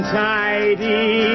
tidy